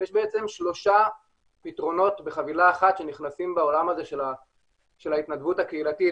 יש שלושה פתרונות בחבילה אחת שנכנסים בעולם הזה של ההתנדבות הקהילתית,